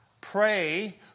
Pray